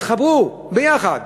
התחברו ביחד